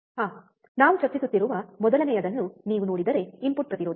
ಆಹ್ ನಾವು ಚರ್ಚಿಸುತ್ತಿರುವ ಮೊದಲನೆಯದನ್ನು ನೀವು ನೋಡಿದರೆ ಇನ್ಪುಟ್ ಪ್ರತಿರೋಧ